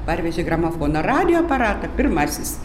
parvežė gramofoną radijo aparatą pirmasis